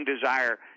desire